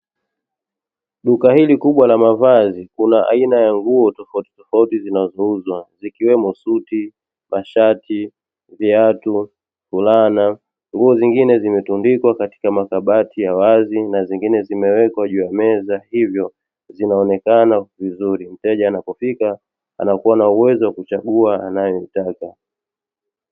Duka hili kubwa la mavazi kuna aina ya nguo tofauti tofauti zinazouzwa zikiwemo suti, masharti, viatu, fulana, nguo zingine zimetundikwa katika makabati ya wazi zingine zimewekwa juu ya meza hivyo zinaonekana vizuri, mteja anapofika anakuwa na uwezo wa kuchagua anayoitaka.